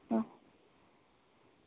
હઁ